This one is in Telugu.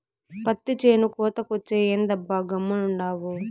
పత్తి చేను కోతకొచ్చే, ఏందబ్బా గమ్మునుండావు